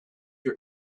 your